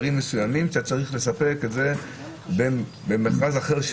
אתה צריך לספק למכרז אחר,